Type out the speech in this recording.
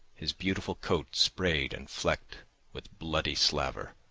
his beautiful coat sprayed and flecked with bloody slaver.